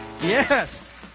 Yes